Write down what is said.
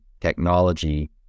technology